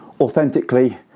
authentically